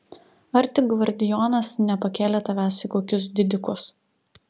ar tik gvardijonas nepakėlė tavęs į kokius didikus